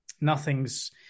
nothing's